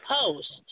post